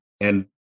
And-